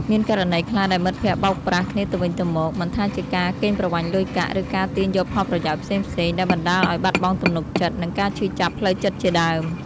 មានករណីខ្លះដែលមិត្តភក្តិបោកប្រាស់គ្នាទៅវិញទៅមក មិនថាជាការកេងប្រវ័ញ្ចលុយកាក់ ឬការទាញយកផលប្រយោជន៍ផ្សេងៗ ដែលបណ្ដាលឱ្យបាត់បង់ទំនុកចិត្ត និងការឈឺចាប់ផ្លូវចិត្តជាដើម ។